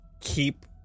keep